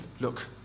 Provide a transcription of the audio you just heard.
Look